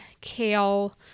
kale